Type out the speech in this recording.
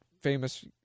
famous